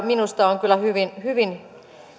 minusta on kyllä hyvin hyvin